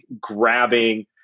grabbing